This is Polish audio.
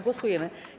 Głosujemy.